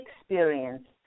experience